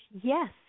yes